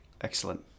Excellent